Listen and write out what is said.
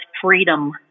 freedom